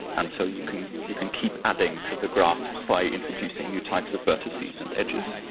and so you can you can keep adding to the graph by introducing new types of vertices and edges.